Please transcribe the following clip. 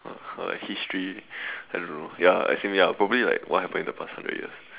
uh history I don't know ya as in ya probably like what happened in the past hundred years